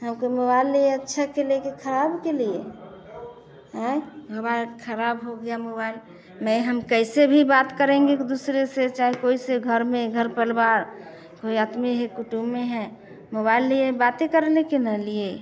हमको मोबाइल लिए अच्छा के लिए कि खराब के लिए अयै हमारा खराब हो गया मोबाइल में हम कैसे भी बात करेंगे एक दूसरे से चाहे कोई से घर में घल पलिवार कोई अपनी ही कुटुम्ब में है मोबाइल लिए बाते करने के लिए न लिए